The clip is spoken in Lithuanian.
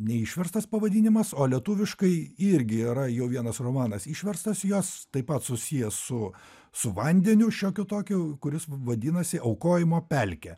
neišverstas pavadinimas o lietuviškai irgi yra jau vienas romanas išverstas jos taip pat susijęs su su vandeniu šiokiu tokiu kuris vadinasi aukojimo pelkė